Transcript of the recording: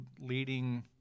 leading –